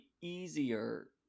easier